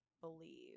believe